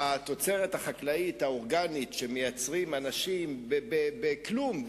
התוצרת החקלאית האורגנית שמייצרים אנשים בכלום,